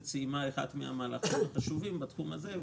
סיימה את אחד מן המהלכים החשובים בתחום הזה,